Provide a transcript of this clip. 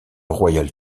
royal